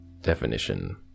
definition